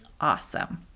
awesome